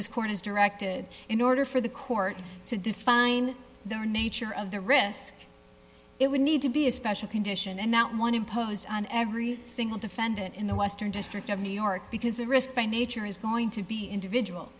this court is directed in order for the court to define their nature of the risk it would need to be a special condition and not one imposed on every single defendant in the western district of new york because the risk by nature is going to be individual